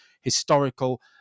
historical